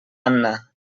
anna